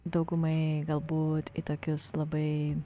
daugumai galbūt į tokius labai